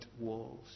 walls